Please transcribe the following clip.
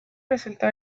resultó